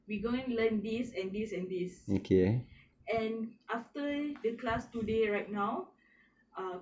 we going to learn this and this and this and after the class today right now ah